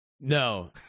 No